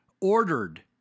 Ordered